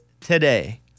today